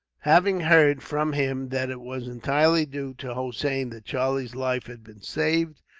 having heard, from him, that it was entirely due to hossein that charlie's life had been saved,